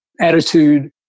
attitude